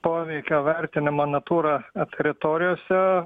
poveikio vertinimo natūra apritorijose